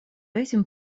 этим